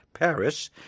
Paris